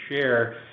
share